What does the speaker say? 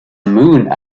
moon